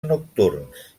nocturns